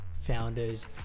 founders